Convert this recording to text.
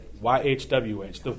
Y-H-W-H